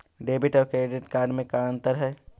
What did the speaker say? Debit और credit card में का अंतर है?